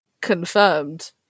confirmed